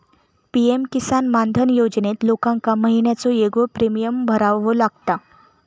PM किसान मानधन योजनेत लोकांका महिन्याचो येगळो प्रीमियम भरावो लागता